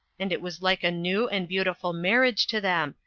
and it was like a new and beautiful marriage to them,